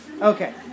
Okay